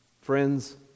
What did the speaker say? Friends